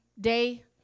day